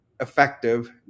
effective